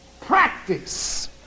practice